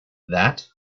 that